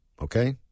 Okay